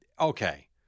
okay